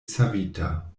savita